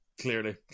clearly